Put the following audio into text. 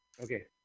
Okay